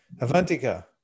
Avantika